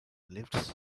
lifts